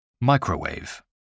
Microwave